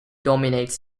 dominates